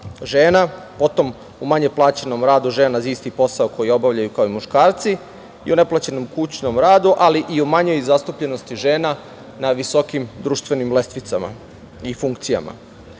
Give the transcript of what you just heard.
žena, potom u manje plaćenom radu žena za isti posao koji obavljaju kao i muškarci i u neplaćenom kućnom radu, ali i o manjoj zastupljenosti žena na visokim društvenim lestvicama i funkcijama.U